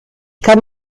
kann